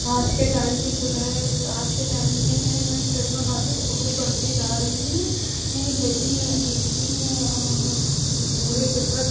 आज के टाइम में जो है आज के टाइम में टेक्नोलॉजी तो बहुत बढ़ती जा रही हैं यह लेकिन लेकिन बूढ़े जो वृद्ध